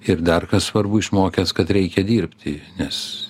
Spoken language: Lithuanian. ir dar kas svarbu išmokęs kad reikia dirbti nes